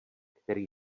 který